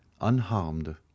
unharmed